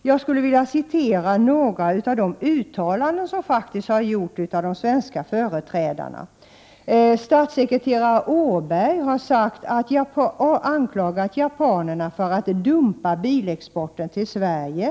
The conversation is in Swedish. Jag skulle vilja redovisa några av de uttalanden som faktiskt har gjorts av företrädare för de svenska statsmakterna. Statssekreterare Carl Johan Åberg har anklagat japanerna för att ”dumpa bilexporten” till Sverige.